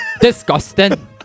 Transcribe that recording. Disgusting